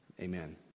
amen